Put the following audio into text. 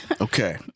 Okay